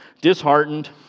disheartened